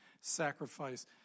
sacrifice